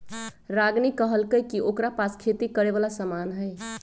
रागिनी कहलकई कि ओकरा पास खेती करे वाला समान हई